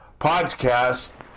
podcast